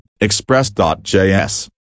Express.js